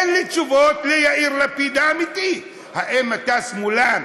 אין לי תשובות על יאיר לפיד האמיתי: האם אתה שמאלן